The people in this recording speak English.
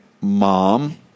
mom